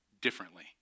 differently